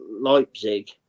Leipzig